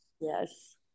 yes